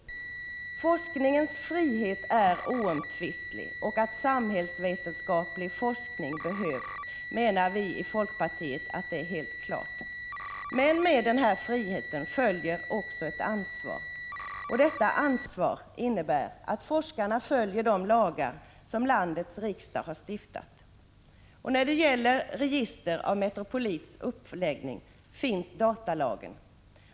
Vi i folkpartiet menar att forskningens frihet är oomtvistlig och att samhällsvetenskaplig forskning behövs. Men med denna frihet följer också ett ansvar. Och detta ansvar innebär att forskarna följer de lagar som landets riksdag har stiftat. När det gäller register av Metropolits uppläggning finns datalagen.